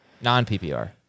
Non-PPR